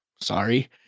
sorry